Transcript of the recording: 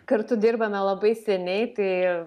kartu dirbame labai seniai kai